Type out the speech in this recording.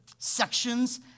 sections